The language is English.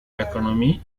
economy